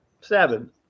Seven